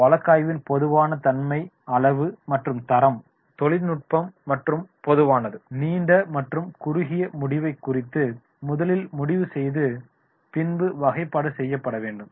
வழக்காய்வின் பொதுவான தன்மை அளவு மற்றும் தரம் தொழில்நுட்பம் மற்றும் பொதுவானது பற்றியும் நீண்ட மற்றும் குறுகிய முடிவை குறித்தும் முதலில் முடிவு செய்து பின்பு வகைப்பாடு செய்யப்பட வேண்டும்